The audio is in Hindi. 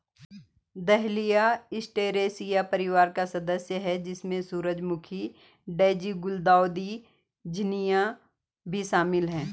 डहलिया एस्टेरेसिया परिवार का सदस्य है, जिसमें सूरजमुखी, डेज़ी, गुलदाउदी, झिननिया भी शामिल है